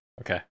Okay